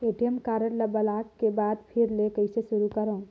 ATM card ल block के बाद फिर ले कइसे शुरू करव?